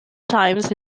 times